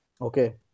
Okay